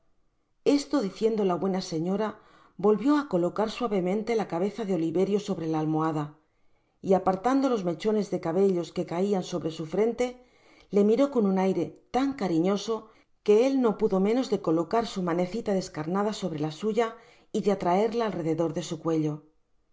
esto diciendo la buena señora volvió á colocar suavemente la cabeza de oliverio sobre la almohada y apartando los mechones de cabellos que caian sobre su frente le miró con un aire tan cariñoso que él no pudo menos de colocar su manecita descarnada sobre la suya y de atraerla al rededor de su cuello